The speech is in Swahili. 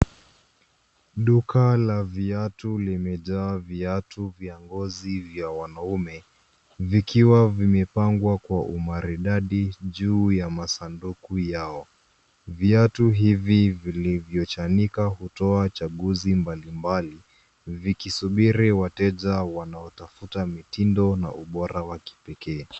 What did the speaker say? Duka la viatu limejaa viatu vya ngozi vya wanaume, vikiwa kwa umaridadi juu ya sanduku yao. Viatu hivi vilivyochanika hutoa chaguzi mbalimbali, vikisubiri wateja wanaotafuta mitindo na ubora wa kipekee.